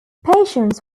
patients